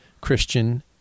Christian